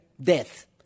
Death